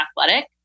athletic